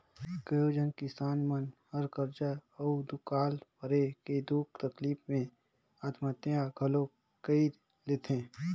कयोझन किसान मन हर करजा अउ दुकाल परे के दुख तकलीप मे आत्महत्या घलो कइर लेथे